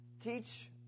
teach